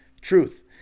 Truth